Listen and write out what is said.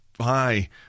hi